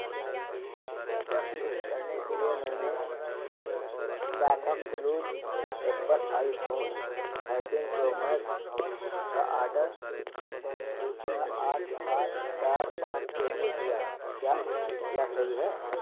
बस पुष्ट करने के लिए मैंने शॉफ्कक्लूज़ से Apple iPhone thirteen Pro Max का ऑर्डर रुपया आठ सात चार पाँच के लिए दिया क्या यह सही है